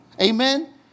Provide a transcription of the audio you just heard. Amen